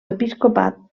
episcopat